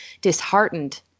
disheartened